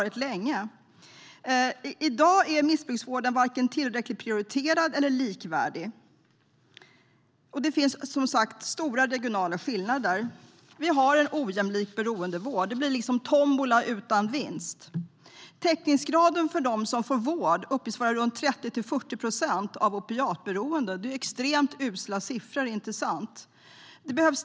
I dag är missbruksvården varken tillräckligt prioriterad eller likvärdig, och det finns stora regionala skillnader. Vi har en ojämlik beroendevård. Det blir tombola utan vinst. Täckningsgraden för dem som får vård uppges vara runt 30-40 procent av de personer som är opiatberoende. Det är usla siffror, inte sant?